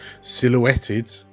Silhouetted